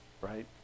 right